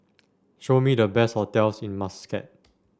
show me the best hotels in Muscat